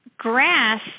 grass